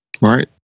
Right